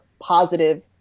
positive